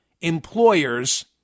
employers